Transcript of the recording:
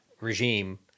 regime